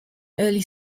early